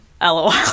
LOL